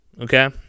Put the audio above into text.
Okay